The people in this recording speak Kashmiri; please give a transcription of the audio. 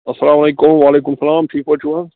اَسلام وعلیکُم وعلیکم سلام ٹھیٖک پٲٹھۍ چھُو حظ